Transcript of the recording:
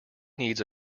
needs